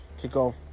kickoff